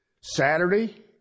Saturday